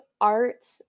art